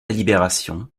libération